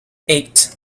eight